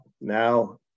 now